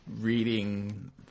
reading